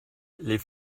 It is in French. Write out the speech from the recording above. les